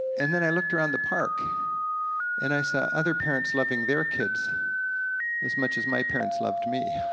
and then i looked around the park and i saw other parents loving their kids as much as my parents loved me,